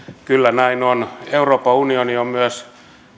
kyllä näin on euroopan unioni on myös